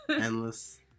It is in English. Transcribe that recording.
Endless